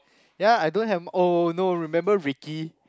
ya I don't have m~ oh no remember Ricky